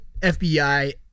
FBI